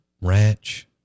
ranch